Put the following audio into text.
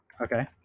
Okay